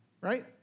right